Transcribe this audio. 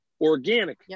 organic